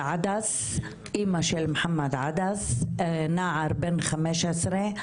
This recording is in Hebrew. עדס, אמא של נער בן 15,